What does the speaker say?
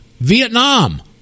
Vietnam